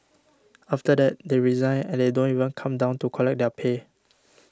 after that they resign and they don't even come down to collect their pay